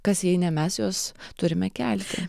kas jei ne mes juos turime kelti